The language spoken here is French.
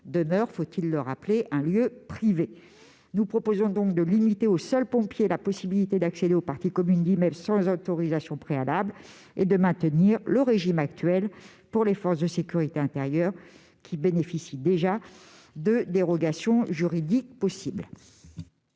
demeurent- faut-il le rappeler ? -un lieu privé. Pour résumer, nous proposons de limiter aux seuls pompiers la possibilité d'accéder aux parties communes d'immeubles sans autorisation préalable et de maintenir le régime actuel pour les forces de sécurité intérieure, qui bénéficient déjà de dérogations juridiques possibles.